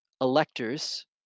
electors